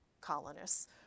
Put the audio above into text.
colonists